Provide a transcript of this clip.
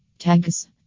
Tags